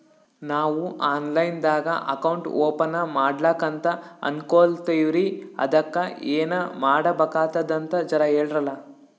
ನಾವು online ದಾಗ account ಓಪನ ಮಾಡ್ಲಕಂತ ಅನ್ಕೋಲತ್ತೀವ್ರಿ ಅದಕ್ಕ ಏನ ಮಾಡಬಕಾತದಂತ ಜರ ಹೇಳ್ರಲ?